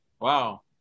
Wow